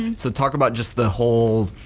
and so talk about just the whole